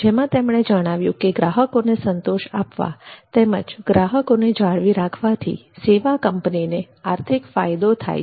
જેમાં તેમણે જણાવ્યું કે ગ્રાહકોને સંતોષ આપવાથી તેમજ ગ્રાહકોને જાળવી રાખવાથી સેવા કંપનીને આર્થિક ફાયદો થાય છે